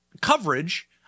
coverage